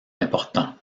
important